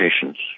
patients